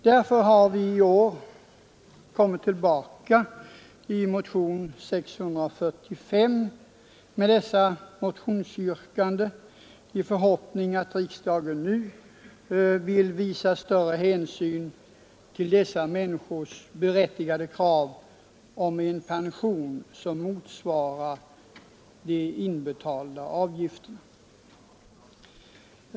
Därför återkommer vi i år — i motion nr 645 — med samma yrkande i förhoppning att riksdagen nu skall visa större hänsyn till dessa människors berättigade krav på en pension som motsvarar de inbetalda avgifterna.